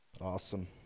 Awesome